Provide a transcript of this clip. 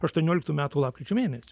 aštuonioliktų metų lapkričio mėnesio